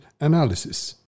analysis